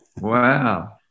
Wow